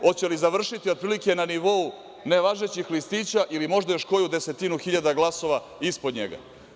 Hoće li završiti, otprilike, na nivou nevažećih listića ili možda još koju desetinu hiljada glasova ispod njega.